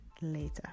later